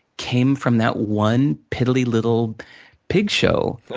came from that one, piddly little pig show.